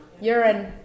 urine